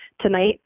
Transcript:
tonight